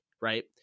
Right